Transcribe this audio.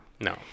no